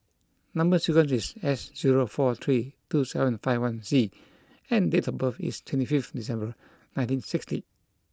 number sequence is S zero four three two seven five one C and date of birth is twenty fifth December nineteen sixty